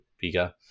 bigger